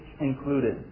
included